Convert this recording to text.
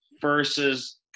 versus